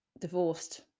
divorced